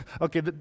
Okay